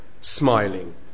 smiling